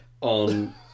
on